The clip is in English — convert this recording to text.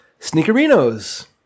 sneakerinos